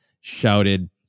shouted